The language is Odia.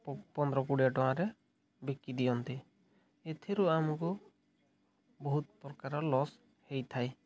ପନ୍ଦର କୋଡ଼ିଏ ଟଙ୍କାରେ ବିକି ଦିଅନ୍ତି ଏଥିରୁ ଆମକୁ ବହୁତ ପ୍ରକାର ଲସ୍ ହେଇଥାଏ